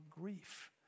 grief